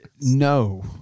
No